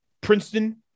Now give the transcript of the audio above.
Princeton